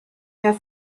herr